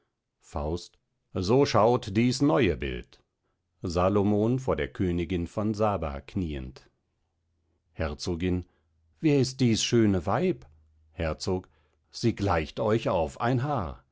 faust so schaut dieß neue bild salomon vor der königin von saba knieend herzogin wer ist dieß schöne weib herzog sie gleicht euch auf ein haar